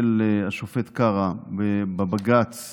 של השופט קרא בבג"ץ